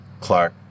Clark